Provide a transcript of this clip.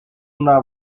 una